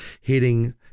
hitting